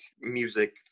music